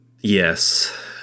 yes